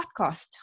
podcast